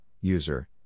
user